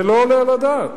זה לא עולה על הדעת.